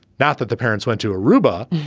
not that the parents went to aruba,